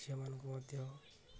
ଝିଅମାନଙ୍କୁ ମଧ୍ୟ